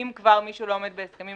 אם כבר מישהו לא עומד בהסכמים,